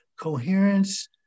coherence